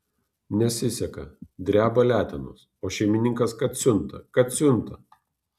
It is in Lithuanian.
nesiseka dreba letenos o šeimininkas kad siunta kad siunta